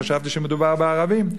חשבתי שמדובר בערבים,